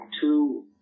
two